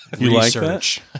research